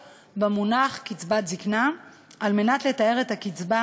במונח קצבת זיקנה בלשון החוק על מנת לתאר את הקצבה